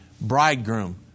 bridegroom